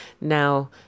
now